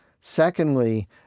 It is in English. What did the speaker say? Secondly